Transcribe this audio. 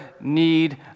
need